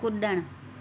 कुॾणु